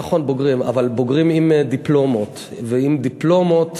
נכון, אבל בוגרים עם דיפלומות, ועם דיפלומות